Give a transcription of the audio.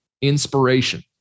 Inspiration